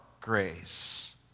grace